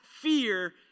fear